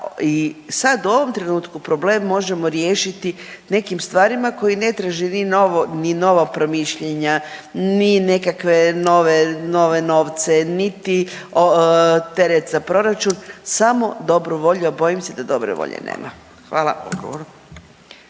sad u ovom trenutku problem možemo riješiti nekim stvarima koji ne traži ni nova promišljanja, ni nekakve nove, nove novce, niti teret za proračun samo dobru volju, a bojim se da dobre volje nema, hvala.